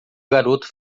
garoto